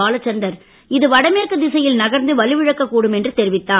பாலச்சந்தர் இது வடமேற்கு திசையில் நகர்ந்து வலுவிழக்கக் கூடும் என்று தெரிவித்தார்